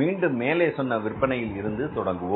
மீண்டும் மேலே சொன்ன விற்பனையில் இருந்து தொடங்குவோம்